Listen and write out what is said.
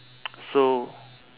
so